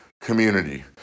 community